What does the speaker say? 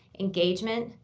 engagement,